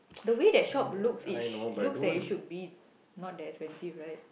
the way that shop looks it sh~ looks that it should be not that expensive right